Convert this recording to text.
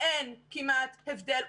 אין כמעט הבדל.